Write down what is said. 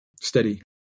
steady